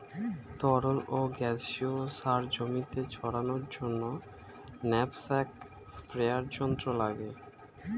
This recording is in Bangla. তরল ও গ্যাসীয় সার জমিতে ছড়ানোর জন্য ন্যাপস্যাক স্প্রেয়ার যন্ত্র লাগে